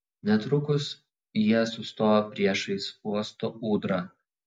netrukus jie sustojo priešais uosto ūdrą